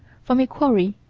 from a quarry,